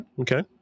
okay